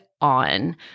on